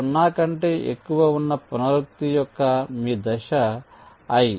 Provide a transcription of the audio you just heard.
0 కంటే ఎక్కువ ఉన్న పునరుక్తి యొక్క మీ దశ i